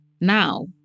Now